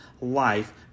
life